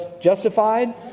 Justified